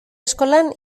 eskolan